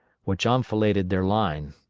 which enfiladed their line.